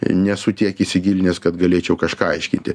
nesu tiek įsigilinęs kad galėčiau kažką aiškinti